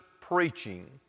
preaching